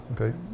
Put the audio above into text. Okay